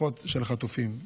משפחות החטופים,